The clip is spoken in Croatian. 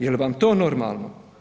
Jel vam to normalno?